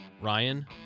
Ryan